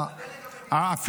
אבל הדרג המדיני, הבנתי על הצבא.